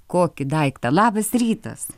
kokį daiktą labas rytas